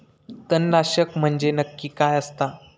तणनाशक म्हंजे नक्की काय असता?